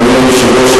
אדוני היושב-ראש,